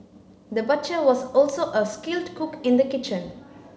the butcher was also a skilled cook in the kitchen